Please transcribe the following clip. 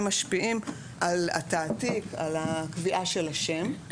משפיעים על התעתיק ועל הקביעה של השם,